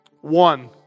One